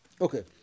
Okay